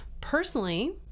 Personally